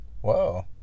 Whoa